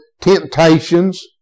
temptations